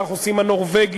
כך עושים הנורבגים,